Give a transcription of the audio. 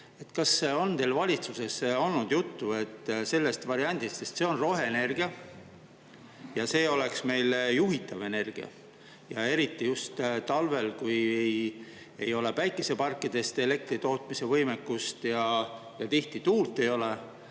Kas on teil valitsuses olnud juttu sellest variandist? Sest see on roheenergia ja see oleks meil juhitav energia ning eriti just talvel, kui ei ole päikeseparkides elektri tootmise võimekust ja tihti tuult ei ole,